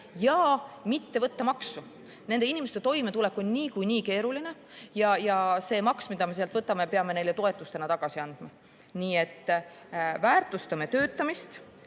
ja mitte võtta maksu. Nende inimeste toimetulek on niikuinii keeruline. Selle maksu, mida me sealt võtame, peame neile toetustena tagasi andma. Nii et väärtustame töötamist